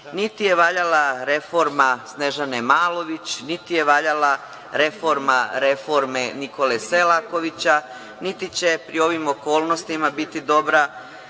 je valjala reforma Snežane Malović, niti je valjala reforma reforme Nikole Selakovića, niti će pri ovim okolnostima biti dobra